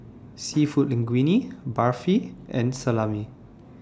Seafood Linguine Barfi and Salami